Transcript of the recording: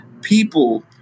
people